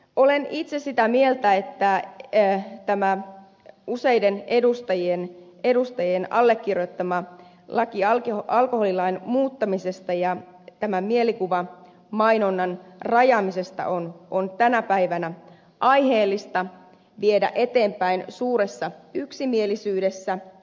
olen itse sitä mieltä että tämä useiden edustajien allekirjoittama laki alkoholilain muuttamisesta ja tämän mielikuvamainonnan rajaamisesta on tänä päivänä aiheellista viedä eteenpäin suuressa yksimielisyydessä